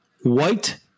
white